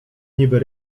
niby